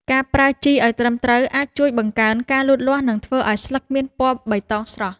ការប្រើជីឲ្យត្រឹមត្រូវអាចជួយបង្កើនការលូតលាស់ និងធ្វើឲ្យស្លឹកមានពណ៌បៃតងស្រស់។